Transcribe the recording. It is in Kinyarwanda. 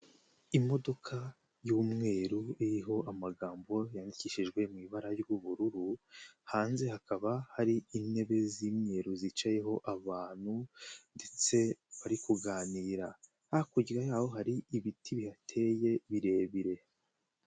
Imodoka y'umweru iriho amagambo yandikishijwe mu ibara ry'ubururu, hanze hakaba hari intebe z'imyeru zicayeho abantu, ndetse bari kuganira hakurya yaho hari ibiti bihateye birebire.